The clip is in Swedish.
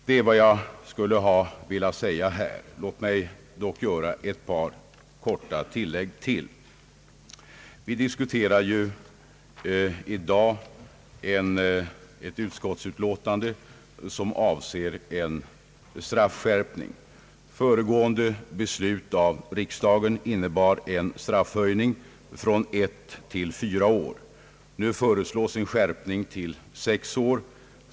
Låt mig göra ytterligare ett par korta tillägg. Vi diskuterar i dag ett utskottsutlåtande som avser en straffskärpning. Föregående beslut av riksdagen innebar en straffhöjning från ett till fyra år. Nu föreslås en skärpning till sex år.